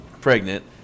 pregnant